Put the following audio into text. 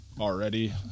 already